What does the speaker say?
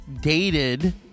dated